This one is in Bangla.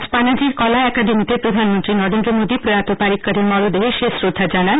আজ পানাজীর কলা একাডেমিতে প্রধানমন্ত্রী নরেন্দ্র মোদী প্রয়াত পারিক্করের মরদেহে শেষ শ্রদ্ধা জানান